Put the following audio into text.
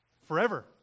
Forever